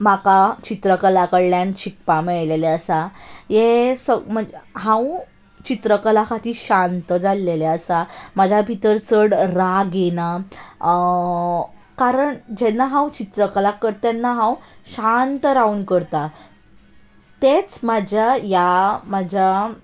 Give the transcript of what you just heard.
म्हाका चित्रकला कडल्यान शिकपा मेळिल्लें आसा हे सग हांव चित्रकला खातीर शांत जाल्लेलें आसा म्हज्या भितर चड राग येना कारण जेन्ना हांव चित्रकला करतां तेन्ना हांव शांत रावून करता तेंच म्हज्या ह्या म्हज्या